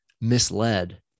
misled